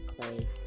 clay